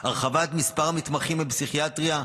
הרחבת מספר המתמחים בפסיכיאטריה,